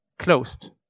closed